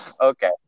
Okay